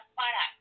para